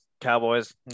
Cowboys